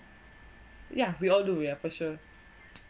yeah we all do yeah for sure